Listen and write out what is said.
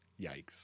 Yikes